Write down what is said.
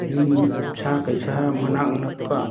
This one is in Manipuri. ꯌꯨꯝ ꯁꯥ ꯀꯩꯁꯥ ꯃꯅꯥꯛ ꯅꯛꯄ